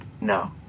no